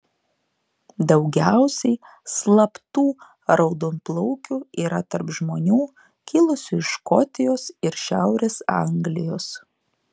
daugiausiai slaptų raudonplaukių yra tarp žmonių kilusių iš škotijos ir šiaurės anglijos